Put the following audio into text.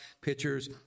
pitchers